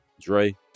Dre